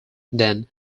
than